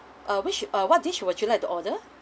uh which uh what dish would you like to order